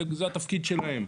כי זה התפקיד שלהם,